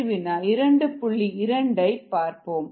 2 வை பார்ப்போம்